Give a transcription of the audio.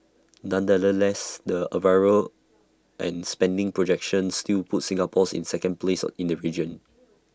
nonetheless the arrivals and spending projections still put Singapore in second place in the region